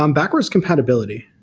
um backwards compatibility.